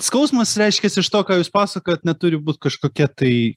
skausmas reiškias iš to ką jūs pasakojat neturi būti kažkokia tai